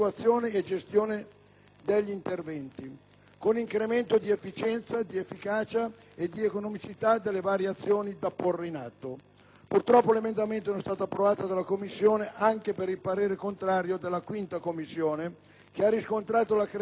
degli interventi, con incremento di efficienza, di efficacia e di economicità nelle varie azioni da porre in atto. Purtroppo l'emendamento non è stato approvato dalla Commissione, anche per il parere contrario della 5a Commissione, che ha riscontrato la creazione di maggiori oneri